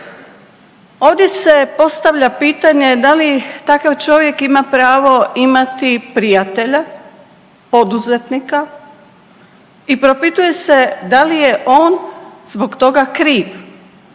Ovdje se postavlja pitanje da li takav čovjek ima pravo imati prijatelja poduzetnika i propituje se da li je on zbog toga kriv.